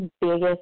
biggest